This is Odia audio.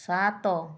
ସାତ